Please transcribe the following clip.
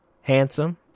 Handsome